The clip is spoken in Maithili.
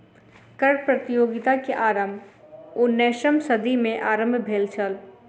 कर प्रतियोगिता के आरम्भ उन्नैसम सदी में आरम्भ भेल छल